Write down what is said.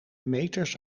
meters